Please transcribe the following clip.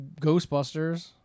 Ghostbusters